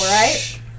right